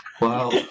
Wow